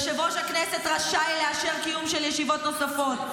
יושב-ראש הכנסת רשאי לאשר קיום של ישיבות נוספות.